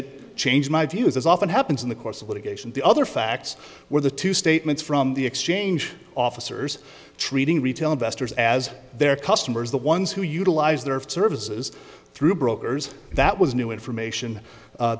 it changed my views as often happens in the course of litigation the other facts were the two statements from the exchange officers treating retail investors as their customers the ones who utilize their services through brokers that was new information